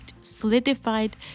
solidified